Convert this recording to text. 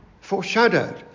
foreshadowed